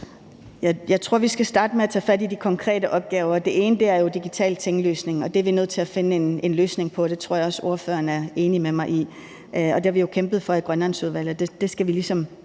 Jeg tror, vi skal starte med at tage fat i de konkrete opgaver. Det ene er jo digital tinglysning, og det er vi nødt til at finde en løsning på, og det tror jeg også spørgeren er enig med mig i. Det har vi jo kæmpet for i Grønlandsudvalget,